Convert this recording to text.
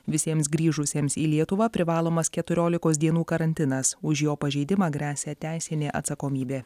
visiems grįžusiems į lietuvą privalomas keturiolikos dienų karantinas už jo pažeidimą gresia teisinė atsakomybė